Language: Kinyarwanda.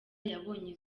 yabonye